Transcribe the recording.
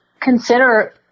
consider